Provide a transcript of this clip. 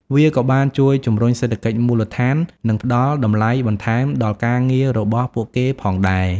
វាក៏បានជួយជំរុញសេដ្ឋកិច្ចមូលដ្ឋាន និងផ្តល់តម្លៃបន្ថែមដល់ការងាររបស់ពួកគេផងដែរ។